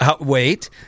Wait